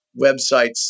websites